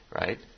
Right